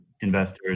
investors